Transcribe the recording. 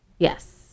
Yes